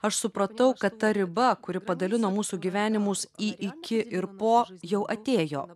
aš supratau kad ta riba kuri padalino mūsų gyvenimus į iki ir po jau atėjo